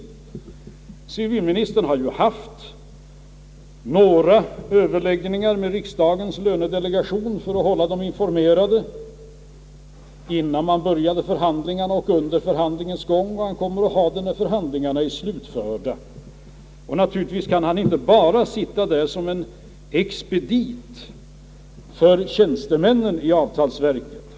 Civilministern har haft några överläggningar med riksdagens lönedelegation för att hålla den informerad innan man började förhandlingarna och under förhandlingarnas gång, och han kommer att ha det när förhandlingarna är slutförda. Naturligtvis kan han inte bara sitta där som en expedit för tjänstemännen i avtalsverket.